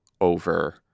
over